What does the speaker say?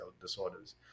disorders